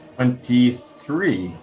Twenty-three